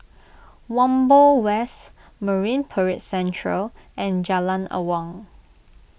Whampoa West Marine Parade Central and Jalan Awang